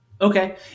Okay